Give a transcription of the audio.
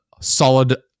solid